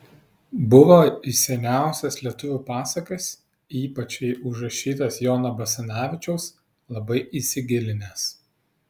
buvo į seniausias lietuvių pasakas ypač į užrašytas jono basanavičiaus labai įsigilinęs